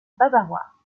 bavarois